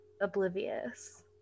oblivious